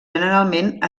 generalment